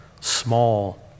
small